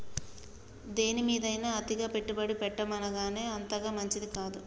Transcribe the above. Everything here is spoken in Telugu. దేనిమీదైనా అతిగా పెట్టుబడి పెట్టడమనేది అంతగా మంచిది కాదు